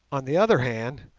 on the other hand,